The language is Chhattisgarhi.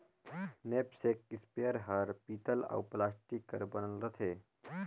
नैपसेक इस्पेयर हर पीतल अउ प्लास्टिक कर बनल रथे